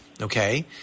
okay